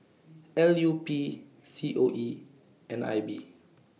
L U P C O E and I B